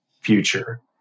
future